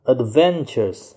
Adventures